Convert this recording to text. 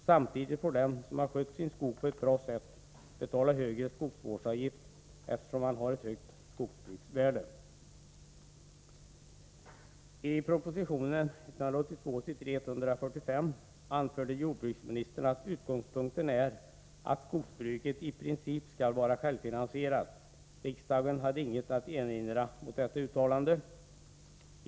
Samtidigt får den som har skött sin skog på ett bra sätt betala högre skogsvårdsavgift, eftersom han har ett högt skogsbruksvärde. I proposition 1982/83:145 anförde jordbruksministern att utgångspunkten är att skogsbruket i princip skall vara självfinansierat. Riksdagen hade inget att erinra mot detta uttalande.